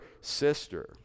sister